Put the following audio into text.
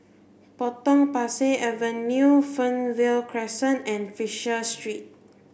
Potong Pasir Avenue Fernvale Crescent and Fisher Street